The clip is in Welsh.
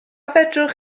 fedrwch